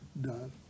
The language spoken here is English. done